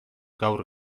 gaur